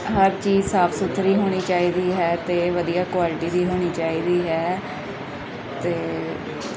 ਹਰ ਚੀਜ਼ ਸਾਫ ਸੁਥਰੀ ਹੋਣੀ ਚਾਹੀਦੀ ਹੈ ਅਤੇ ਵਧੀਆ ਕੁਆਲਿਟੀ ਦੀ ਹੋਣੀ ਚਾਹੀਦੀ ਹੈ ਅਤੇ